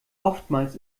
oftmals